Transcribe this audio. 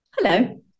Hello